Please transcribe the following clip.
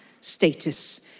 status